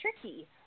tricky